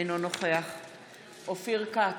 אינו נוכח אופיר כץ,